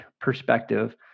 perspective